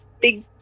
big